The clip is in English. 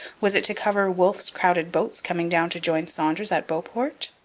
was it to cover wolfe's crowded boats coming down to join saunders at beauport?